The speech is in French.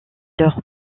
leur